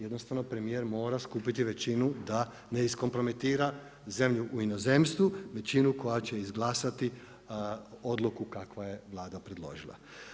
Jednostavno premijer mora skupiti većinu da ne iskompromitira zemlju u inozemstvu, većinu koja će izglasati odluku kakvu je Vlada predložila.